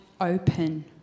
open